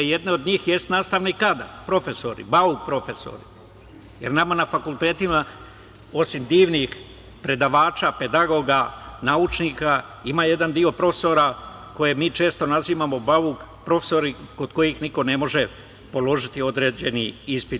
Jedan od njih je nastavni kadar, profesori, „bauk profesori“, jer nama na fakultetima, osim divnih predavača, pedagoga, naučnika, ima jedan deo profesora koje mi često nazivamo „bauk profesori“, kod kojih niko ne može položiti određeni ispit.